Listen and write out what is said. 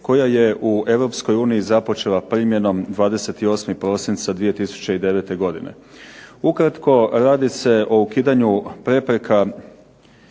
uniji započela primjenom 28. prosinca 2009. godine. Ukratko radi se o ukidanju prepreka